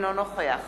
אינו נוכח